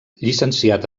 llicenciat